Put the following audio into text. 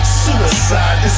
suicide